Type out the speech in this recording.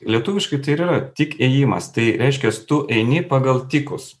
lietuviškai tai ir yra tik ėjimas tai reiškias tu eini pagal tikus